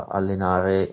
allenare